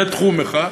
זה תחום אחד.